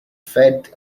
fed